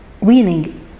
winning